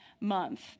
month